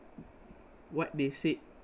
what they say